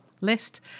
list